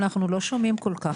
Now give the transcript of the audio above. אנחנו לא שומעים כל כך.